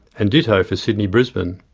and ditto for sydney-brisbane.